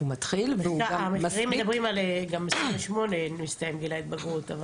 המחקרים מדברים על גיל 28 שמסתיים גיל התבגרות.